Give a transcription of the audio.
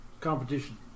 competition